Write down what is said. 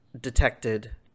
detected